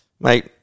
mate